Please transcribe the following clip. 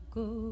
go